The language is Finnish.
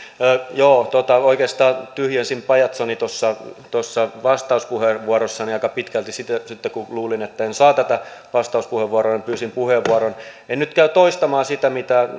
joo tuota oikeastaan tyhjensin pajatsoni tuossa tuossa vastauspuheenvuorossani aika pitkälti kun luulin etten saa tuota vastauspuheenvuoroa pyysin puheenvuoron en nyt käy toistamaan sitä mitä